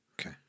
Okay